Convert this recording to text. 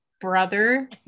brother